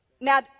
Now